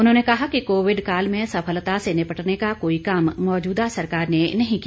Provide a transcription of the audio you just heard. उन्होंने कहा कि कोविड काल में सफलता से निपटने का कोई काम मौजूदा सरकार ने नहीं किया